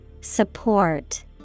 Support